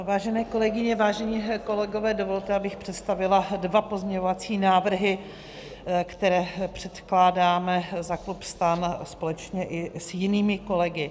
Vážené kolegyně, vážení kolegové, dovolte, abych představila dva pozměňovací návrhy, které předkládáme za klub STAN společně i s jinými kolegy.